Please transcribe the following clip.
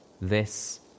This